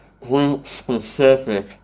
group-specific